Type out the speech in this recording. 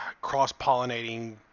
cross-pollinating